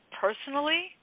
personally